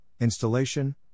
installation